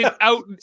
out